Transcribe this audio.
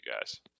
guys